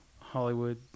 Hollywood